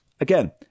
again